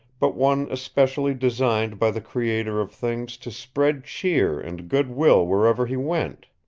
but one especially designed by the creator of things to spread cheer and good-will wherever he went.